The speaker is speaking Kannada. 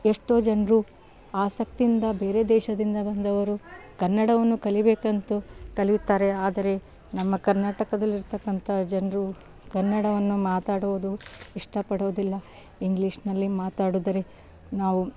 ಎಷ್ಟೋ ಜನರು ಆಸಕ್ತಿಯಿಂದ ಬೇರೆ ದೇಶದಿಂದ ಬಂದವರು ಕನ್ನಡವನ್ನು ಕಲಿಬೇಕೆಂದು ಕಲಿಯುತ್ತಾರೆ ಆದರೆ ನಮ್ಮ ಕರ್ನಾಟಕದಲ್ಲಿರತಕ್ಕಂತಹ ಜನರು ಕನ್ನಡವನ್ನು ಮಾತಾಡೋದು ಇಷ್ಟಪಡೋದಿಲ್ಲ ಇಂಗ್ಲೀಷ್ನಲ್ಲಿ ಮಾತಾಡಿದ್ರೆ ನಾವು